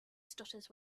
stutters